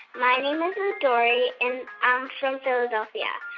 my name is midori, and i'm from philadelphia.